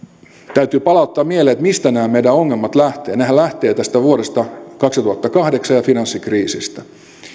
täytyy palauttaa mieleen mistä nämä meidän ongelmat lähtevät nehän lähtevät tästä vuodesta kaksituhattakahdeksan ja finanssikriisistä